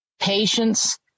patience